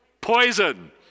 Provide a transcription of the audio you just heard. poison